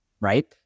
right